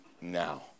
now